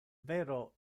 vero